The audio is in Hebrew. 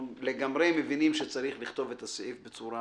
מבינים לגמרי שצריך לכתוב את הסעיף בצורה